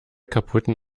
kaputten